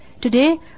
Today